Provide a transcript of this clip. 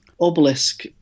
Obelisk